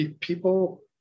people